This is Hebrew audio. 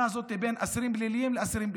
הזאת בין אסירים פליליים לאסירים ביטחוניים.